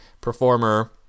performer